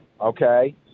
Okay